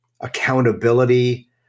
accountability